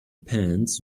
pants